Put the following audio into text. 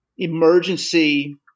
emergency